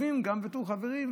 אנחנו כיסים שווים גם בתור חברים.